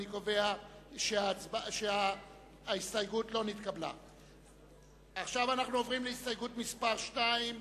אין ההסתייגות הראשונה של קבוצת סיעת קדימה,